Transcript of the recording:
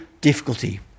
difficulty